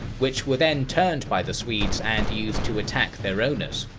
which were then turned by the swedes and used to attack their owners.